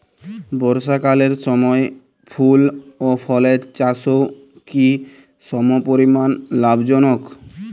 বর্ষাকালের সময় ফুল ও ফলের চাষও কি সমপরিমাণ লাভজনক?